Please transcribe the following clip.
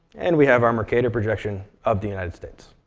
and we have our mercator projection of the united states.